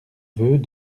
vœux